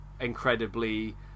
incredibly